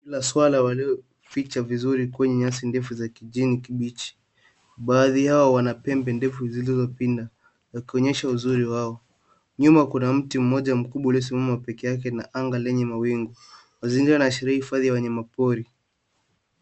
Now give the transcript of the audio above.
Maswala walioficha vizuri kwenye nyasi ndefu za kijani kibichi. Baadhi yao wana pembe ndefu zilizopinda na kuonyesha uzuri wao. Nyuma kuna mti mmoja mkubwa uliosimama peke yake na anga lenye mawingu. Mazingira yanashiriki hifadhi ya wanyamapori.